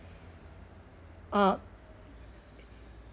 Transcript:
uh